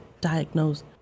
diagnosed